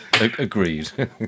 Agreed